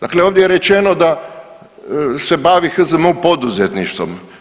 Dakle, ovdje je rečeno da se bavi HZMO poduzetništvom.